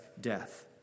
death